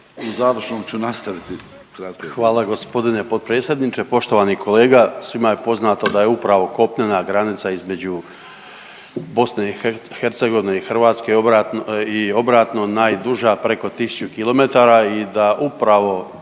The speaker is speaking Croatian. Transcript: Hvala gospodine potpredsjedniče. Poštovani kolega, svima je poznato da je upravo kopnena granica između BiH i Hrvatske i obratno najduža preko 1000 km i da upravo